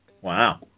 Wow